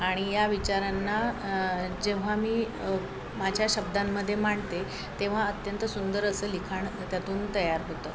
आणि या विचारांना जेव्हा मी माझ्या शब्दांमध्ये मांडते तेव्हा अत्यंत सुंदर असं लिखाण त्यातून तयार होतं